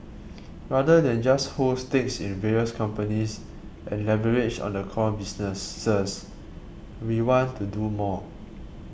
rather than just hold stakes in various companies and leverage on the core businesses we want to do more